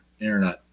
internet